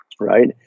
right